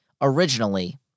originally